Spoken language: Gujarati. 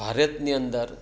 ભારતની અંદર